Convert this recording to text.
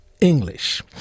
English